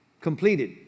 completed